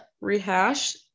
rehash